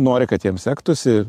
nori kad jiems sektųsi